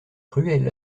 cruels